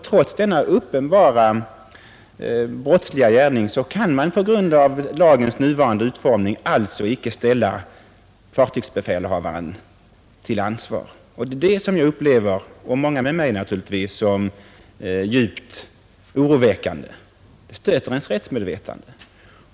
Trots denna uppenbart brottsliga gärning kan man på grund av lagens nuvarande utformning inte ställa fartygsbefälhavaren till ansvar. Det är detta som jag, och många med mig, upplever som djupt oroväckande. Det stöter vårt rättsmedvetande.